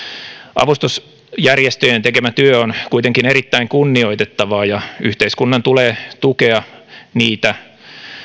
avustusjärjestöjen tekemä työ on kuitenkin erittäin kunnioitettavaa ja yhteiskunnan tulee tukea niitä